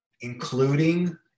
including